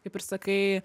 kaip ir sakai